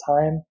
time